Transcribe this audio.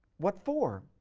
what for?